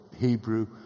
Hebrew